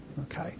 okay